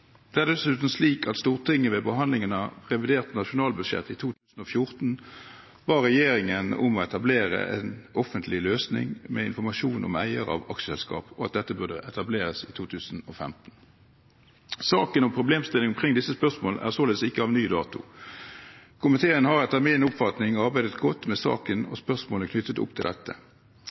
Det er dessuten slik at Stortinget ved behandlingen av revidert nasjonalbudsjett i 2014 ba regjeringen om å etablere en offentlig løsning med informasjon om eiere av aksjeselskap, og at dette burde etableres i 2015. Saken og problemstillingen omkring disse spørsmålene er således ikke av ny dato. Komiteen har etter min oppfatning arbeidet godt med saken